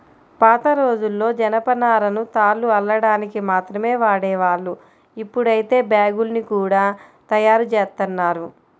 పాతరోజుల్లో జనపనారను తాళ్లు అల్లడానికి మాత్రమే వాడేవాళ్ళు, ఇప్పుడైతే బ్యాగ్గుల్ని గూడా తయ్యారుజేత్తన్నారు